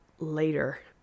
later